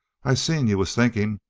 i seen you was thinking.